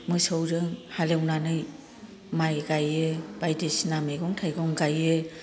मोसौजों हाल एवनानै माइ गायो बायदिसिना मैगं थाइगं गायो